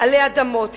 עלי אדמות.